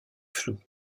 flou